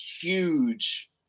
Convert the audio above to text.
huge